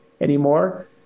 anymore